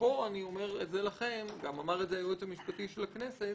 פה אני אומר לכם גם אמר את זה היועץ המשפטי של הכנסת